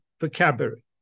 Vocabulary